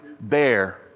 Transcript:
bear